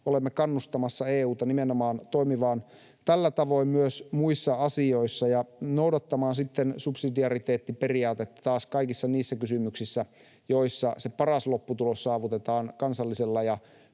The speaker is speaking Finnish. olemme kannustamassa EU:ta toimimaan nimenomaan tällä tavoin myös muissa asioissa ja taas noudattamaan subsidiariteettiperiaatetta kaikissa niissä kysymyksissä, joissa se paras lopputulos saavutetaan kansallisella ja